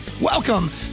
Welcome